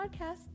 podcast